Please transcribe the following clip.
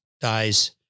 dies